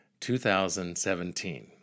2017